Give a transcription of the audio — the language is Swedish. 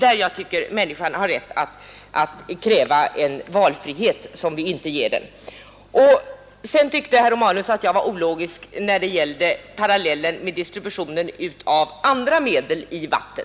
Jag tycker att människan här har rätt att kräva en valfrihet som vi inte gett henne. Herr Romanus tyckte jag var ologisk när det gällde parallellen med distributionen av andra medel i vatten.